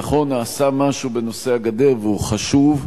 נכון שנעשה משהו בנושא הגדר, והוא חשוב,